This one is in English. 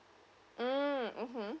mm (uh huh)